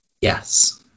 Yes